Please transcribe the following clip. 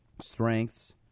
strengths